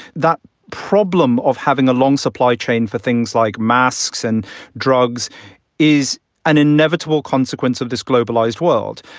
that problem of having a long supply chain for things like masks and drugs is an inevitable consequence of this globalized world.